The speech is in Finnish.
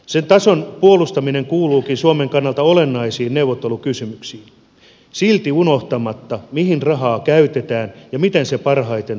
sen tason puolustaminen kuuluukin suomen kannalta olennaisiin neuvottelukysymyksiin silti unohtamatta mihin rahaa käytetään ja miten se parhaiten tuottaa lisäarvoa